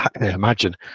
imagine